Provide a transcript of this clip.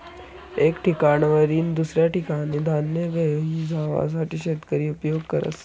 एक ठिकाणवरीन दुसऱ्या ठिकाने धान्य घेई जावासाठे शेतकरी उपयोग करस